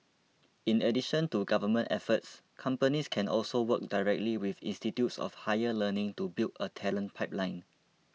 in addition to government efforts companies can also work directly with institutes of higher learning to build a talent pipeline